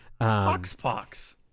Hoxpox